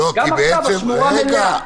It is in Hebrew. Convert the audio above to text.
גם עכשיו השמורה מלאה.